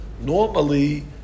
Normally